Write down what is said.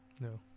no